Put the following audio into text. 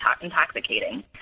intoxicating